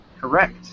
Correct